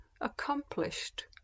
Accomplished